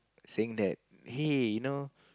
saying that hey you know